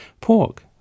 Pork